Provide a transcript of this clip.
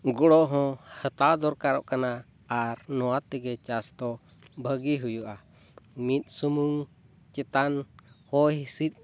ᱜᱚᱲᱚ ᱦᱚᱸ ᱦᱟᱛᱟᱣ ᱫᱚᱨᱠᱟᱨᱚᱜ ᱠᱟᱱᱟ ᱟᱨ ᱱᱚᱣᱟ ᱛᱮᱜᱮ ᱪᱟᱥ ᱫᱚ ᱵᱷᱟᱹᱜᱤ ᱦᱩᱭᱩᱜᱼᱟ ᱢᱤᱫ ᱥᱩᱢᱩᱝ ᱪᱮᱛᱟᱱ ᱦᱚᱭ ᱦᱤᱸᱥᱤᱫ